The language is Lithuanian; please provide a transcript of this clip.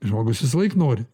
žmogus visąlaik nori